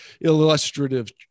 illustrative